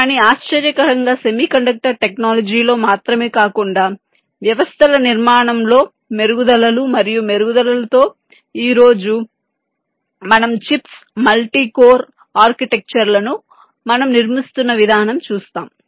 కానీ ఆశ్చర్యకరంగా సెమీకండక్టర్ టెక్నాలజీలో మాత్రమే కాకుండా వ్యవస్థల నిర్మాణంలో మెరుగుదలలు మరియు మెరుగుదలలతో ఈ రోజు మనం చిప్స్ మల్టీ కోర్ ఆర్కిటెక్చర్లను మనం నిర్మిస్తున్న విధానం చూస్తాం